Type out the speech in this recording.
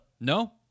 No